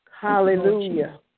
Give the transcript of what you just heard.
Hallelujah